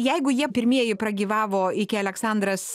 jeigu jie pirmieji pragyvavo iki aleksandras